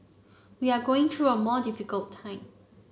we are going through a more difficult time